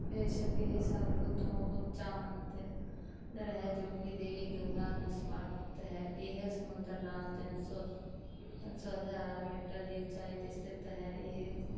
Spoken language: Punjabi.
ਬੇਸ਼ੱਕ ਇਹ ਸਭ ਤੋਂ ਉੱਚਾ ਮੰਦਰ ਦਰ ਹੈ ਜੋ ਕਿ ਦੇਵੀ ਗੰਗਾ ਨੂੰ ਸਮਰਪਿਤ ਹੈ ਇਹ ਸਮੁੰਦਰ ਨਾਲ ਤਿੰਨ ਸੌ ਹਜ਼ਾਰ ਮੀਟਰ ਦੀ ਉਚਾਈ 'ਤੇ ਸਥਿਤ ਹੈ ਇਹ